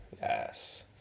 Yes